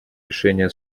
решения